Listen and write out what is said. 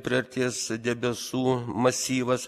priartės debesų masyvas